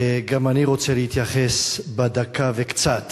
גם אני רוצה להתייחס בדקה וקצת